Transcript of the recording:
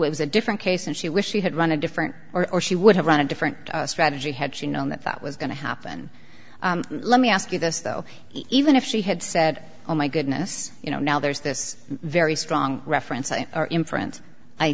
was a different case and she wished she had run a different or she would have run a different strategy had she known that that was going to happen let me ask you this though even if she had said oh my goodness you know now there's this very strong reference and inference i